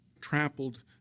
trampled